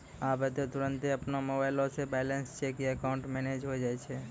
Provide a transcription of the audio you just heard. आबै त तुरन्ते अपनो मोबाइलो से बैलेंस चेक या अकाउंट मैनेज होय जाय छै